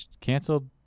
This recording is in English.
canceled